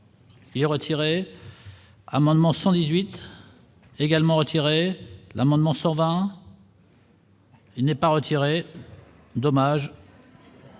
Et retiré. Amendement 118 également retiré l'amendement sort va. Il n'est pas retiré dommage.